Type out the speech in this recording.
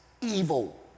evil